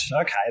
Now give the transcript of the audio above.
Okay